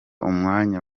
umwanya